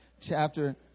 chapter